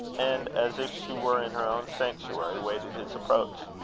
and, as if she were in her own sanctuary, waited his approach.